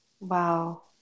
Wow